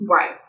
Right